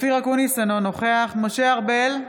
אופיר אקוניס, אינו נוכח משה ארבל,